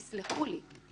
תסלחו לי.